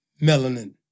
melanin